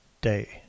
day